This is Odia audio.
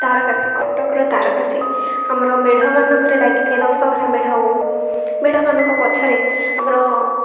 ତାରକାସୀ କଟକର ତାରକାସୀ ଆମର ମେଢ଼ମାନଙ୍କରେ ଲାଗିଥାଏ ଦଶହରା ମେଢ଼ ହଉ ମେଢ଼ମାନଙ୍କ ପଛରେ ଆମର